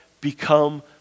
become